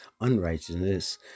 unrighteousness